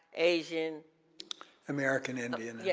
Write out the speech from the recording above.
asian american indian. yeah